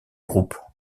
groupe